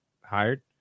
hired